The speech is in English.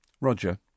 Roger